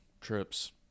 trips